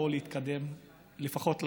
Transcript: או להתקדם לפחות ליורו.